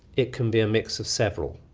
it can be a mix of several